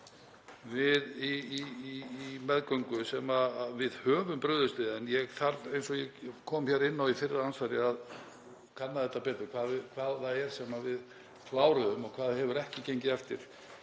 við á meðgöngu sem við höfum brugðist við. En ég þarf, eins og ég kom inn á í fyrra andsvari, að kanna betur hvað það er sem við kláruðum og hvað hefur ekki gengið eftir.